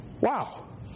Wow